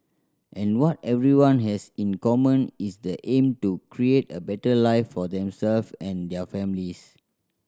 and what everyone has in common is the aim to create a better life for themselves and their families